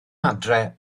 adre